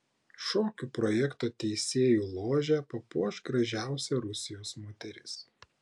šokių projekto teisėjų ložę papuoš gražiausia rusijos moteris